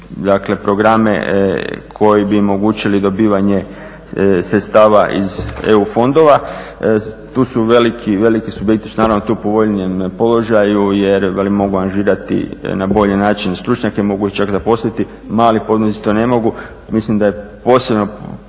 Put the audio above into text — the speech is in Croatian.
dakle programe koji bi omogućili dobivanje sredstava iz EU fondova. Tu su veliki u biti u povoljnijem položaju jer velim mogu angažirati na bolji način stručnjake, mogu ih čak zaposliti, mali poduzetnici to ne mogu. Mislim da je posebno